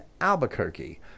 Albuquerque